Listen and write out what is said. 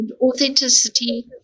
authenticity